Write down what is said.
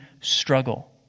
Struggle